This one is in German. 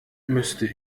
müsste